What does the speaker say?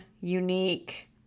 unique